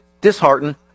disheartened